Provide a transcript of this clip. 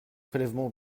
prélèvements